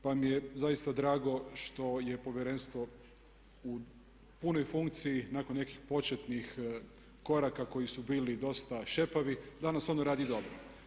Pa mi je zaista drago što je povjerenstvo u punoj funkciji nakon nekih početnih koraka koji su bili dosta šepavi, danas ono radi dobro.